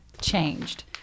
changed